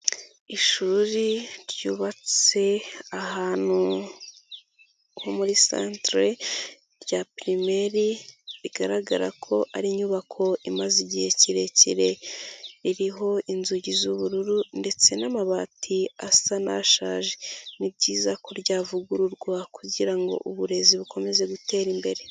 Ishuri ryubatse ahantu ho muri santire rya pirimeri bigaragara ko ari inyubako imaze igihe kirekire iriho inzugi z'ubururu ndetse n'amabati asa n'ashaje, ni byiza ko ryavugururwa kugira ngo uburezi bukomeze gutera imbere.